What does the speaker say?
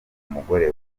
umugore